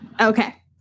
Okay